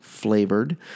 flavored